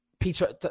Peter